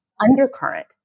undercurrent